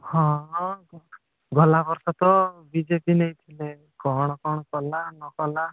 ହଁ ହଁ ଗଲା ବର୍ଷ ତ ବି ଜେ ପି ନେଇଥିଲେ କ'ଣ କ'ଣ କଲା ନକଲା